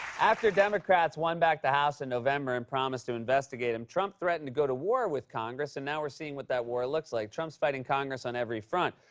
after democrats won back the house in november and promised to investigate him, trump threatened to go to war with congress, and now we're seeing what that war looks like. trump's fighting congress on every front,